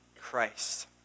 Christ